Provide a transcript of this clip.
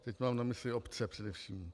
Teď mám na mysli obce především.